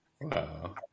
Wow